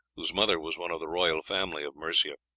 whose mother was one of the royal family of mercia.